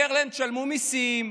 אומר להם: תשלמו מיסים.